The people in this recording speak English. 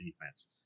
defense